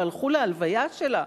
והלכו להלוויה שלה.